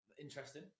interesting